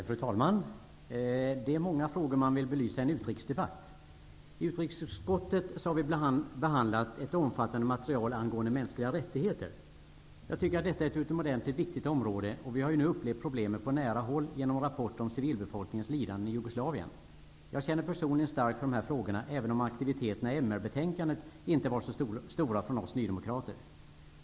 Fru talman! Det är många frågor som man vill belysa i en utrikesdebatt. I utrikesutskottet har vi bl.a. behandlat ett omfattande material angående mänskliga rättigheter. Jag tycker att detta är ett utomordentligt viktigt område -- vi har ju nu upplevt problemet på nära håll genom rapporter om civilbefolkningens lidanden i Jugoslavien. Jag känner personligen starkt för dessa frågor även om aktiviteterna när det gäller MR-betänkandet inte varit så stora från oss nydemokrater.